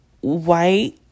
white